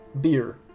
beer